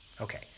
Okay